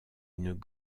une